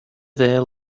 there